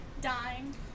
dying